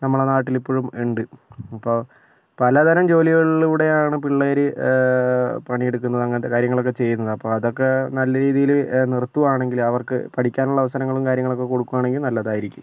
നമ്മുടെ നാട്ടിലിപ്പോഴും ഉണ്ട് ഇപ്പോൾ പലതരം ജോലികളിലൂടെയാണ് പിള്ളേർ പണിയെടുക്കുന്നത് അങ്ങനത്തെ കാര്യങ്ങളൊക്കെ ചെയ്യുന്നത് അപ്പം അതൊക്കെ നല്ലരീതിയിൽ നിർത്തുകയാണെങ്കിൽ അവർക്ക് പഠിക്കാനുള്ള അവസരങ്ങളും കാര്യങ്ങളും കൊടുക്കുകയാണെങ്കിൽ നല്ലതായിരിക്കും